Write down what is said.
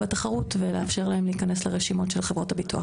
בתחרות ולאפשר להם להיכנס לרשימות של חברות הביטוח.